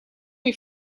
way